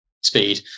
speed